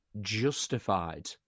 justified